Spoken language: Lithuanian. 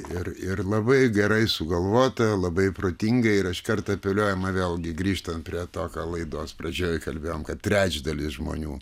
ir ir labai gerai sugalvota labai protingai ir iškart apeliuojama vėlgi grįžtant prie to ką laidos pradžioje kalbėjom kad trečdalis žmonių